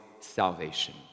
salvation